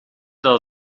dat